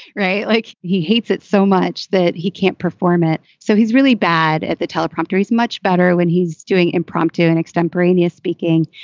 right. like, he hates it so much that he can't perform it. so he's really bad at the teleprompter. he's much better when he's doing impromptu and extemporaneous speaking,